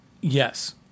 Yes